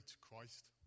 Christ